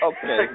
Okay